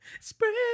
Spread